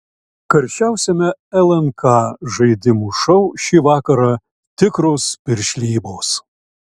karščiausiame lnk žaidimų šou šį vakarą tikros piršlybos